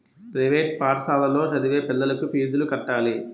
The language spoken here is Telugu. ప్రైవేట్ పాఠశాలలో చదివే పిల్లలకు ఫీజులు కట్టాలి